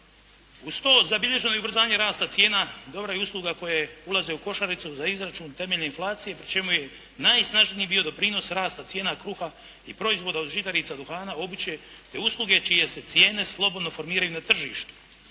Uz to zabilježeno je i ubrzanje rasta cijena, …/Govornik se ne razumije./… koje ulaze u košaricu za izračun temeljne inflacije pri čemu je najsnažniji dio doprinos rasta cijena kruha i proizvoda od žitarica, duhana, obuće te usluge čije se cijene slobodno formiraju na tržištu.